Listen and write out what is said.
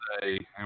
today